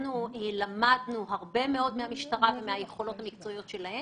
אנחנו למדנו הרבה מאוד מהמשטרה ומהיכולות המקצועיות שלה.